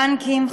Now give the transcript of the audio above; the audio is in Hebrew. בבנקים,